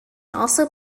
also